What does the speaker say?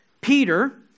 Peter